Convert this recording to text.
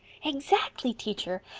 exactly, teacher.